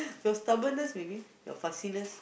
your stubbornness maybe your fussiness